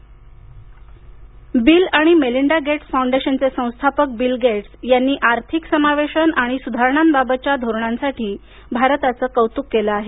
bill Gates Bharat Bill आणि Melinda Gates फाउंडेशनचे संस्थापक बिल गेटस यांनी आर्थिक समावेशन आणि सुधारणांबाबतच्या धोरणांसाठी भारताचं कौतुक केलं आहे